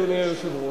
אדוני היושב-ראש,